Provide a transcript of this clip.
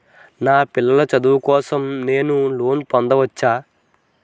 నా పిల్లల చదువు కోసం నేను లోన్ పొందవచ్చా?